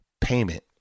payment